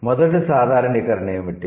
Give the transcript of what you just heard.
కాబట్టి మొదటి సాధారణీకరణ ఏమిటి